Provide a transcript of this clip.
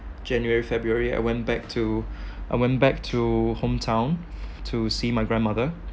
january february I went back to I went back to hometown to see my grandmother